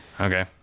okay